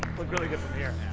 looked really good from here.